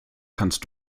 kannst